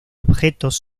objetos